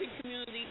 community